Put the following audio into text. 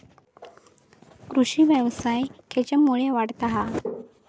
कृषीव्यवसाय खेच्यामुळे वाढता हा?